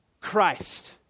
Christ